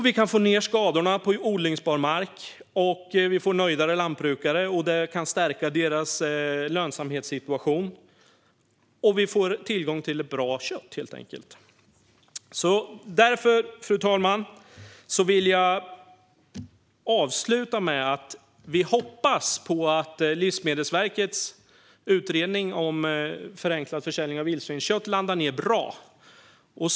Vi kan få ned skadorna på odlingsbar mark. Vi får nöjdare lantbrukare, då det kan stärka deras lönsamhetssituation. Och vi får tillgång till ett bra kött, helt enkelt. Därför, fru talman, vill jag avsluta med att säga att vi hoppas att Livsmedelsverkets utredning om förenklad försäljning av vildsvinskött landar i något bra.